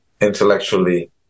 intellectually